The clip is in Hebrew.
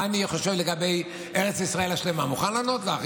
מה אני חושב לגבי ארץ ישראל השלמה, מוכן לענות לך.